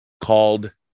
called